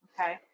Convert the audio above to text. Okay